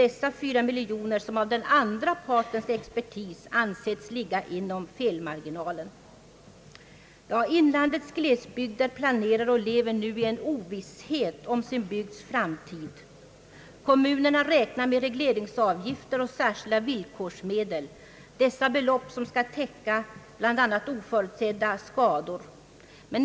Dessa 4 miljoner har av den andra partens expertis ansetts ligga inom felmarginalen. Inlandets glesbygder planerar och lever nu i en ovisshet om sin framtid. Kommunerna räknar med regleringsavgifter och särskilda villkorsmedel. Dessa belopp skall täcka bl.a. oförutsedda skador.